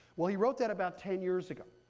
well, he wrote that about ten years ago.